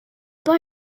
pas